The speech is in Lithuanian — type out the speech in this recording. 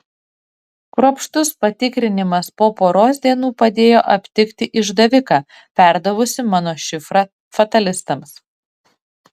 kruopštus patikrinimas po poros dienų padėjo aptikti išdaviką perdavusi mano šifrą fatalistams